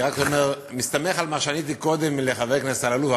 אני רק מסתמך על מה שעניתי קודם לחבר הכנסת אלאלוף.